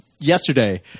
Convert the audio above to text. yesterday –